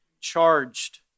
charged